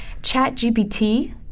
ChatGPT